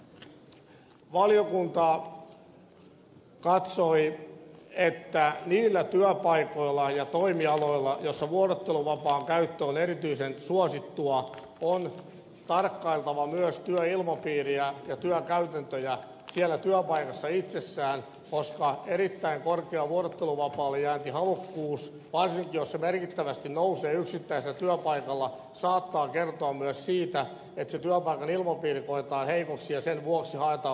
valiokunta katsoi että niillä työpaikoilla ja toimialoilla joissa vuorotteluvapaan käyttö on erityisen suosittua on tarkkailtava myös työilmapiiriä ja työkäytäntöjä siellä työpaikassa itsessään koska erittäin korkea vuorotteluvapaallejääntihalukkuus varsinkin jos se merkittävästi nousee yksittäisellä työpaikalla saattaa kertoa myös siitä että se työpaikan ilmapiiri koetaan heikoksi ja sen vuoksi haetaan vuorottelua